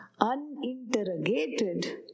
uninterrogated